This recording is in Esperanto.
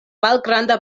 malgranda